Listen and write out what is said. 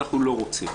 אנחנו לא רוצים.